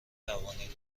توانید